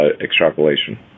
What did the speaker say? extrapolation